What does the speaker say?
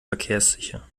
verkehrssicher